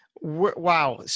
Wow